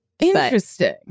Interesting